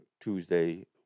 Tuesday